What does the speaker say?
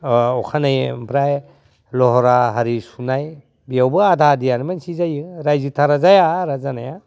अखानायै ओमफ्राय लहरा हारि सुनाय बेयावबो आधा आधि आरो मानसि जायो रायजोथारा जाया आरो जानाया